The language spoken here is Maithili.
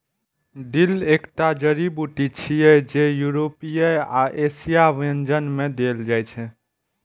डिल एकटा जड़ी बूटी छियै, जे यूरोपीय आ एशियाई व्यंजन मे देल जाइ छै